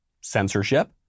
censorship